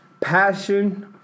passion